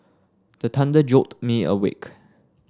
the thunder jolt me awake